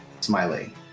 Smiley